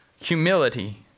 humility